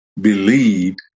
believed